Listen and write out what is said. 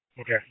Okay